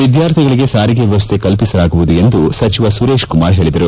ವಿದ್ಯಾರ್ಥಿಗಳಿಗೆ ಸಾರಿಗೆ ವ್ಯವಸ್ಥೆ ಕಲ್ಪಿಸಲಾಗುವುದು ಎಂದು ಸಚಿವ ಸುರೇಶಕುಮಾರ್ ಹೇಳಿದರು